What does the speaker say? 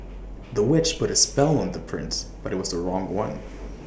the witch put A spell on the prince but IT was the wrong one